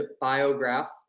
Biograph